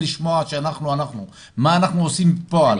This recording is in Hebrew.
עושים בפועל,